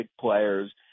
players